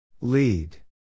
Lead